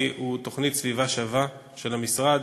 הוא תוכנית "סביבה שווה" של המשרד,